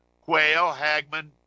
Quayle-Hagman